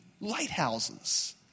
lighthouses